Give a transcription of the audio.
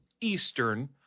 Eastern